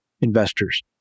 investors